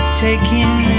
taking